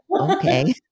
okay